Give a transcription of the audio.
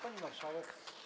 Pani Marszałek!